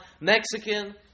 mexican